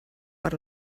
per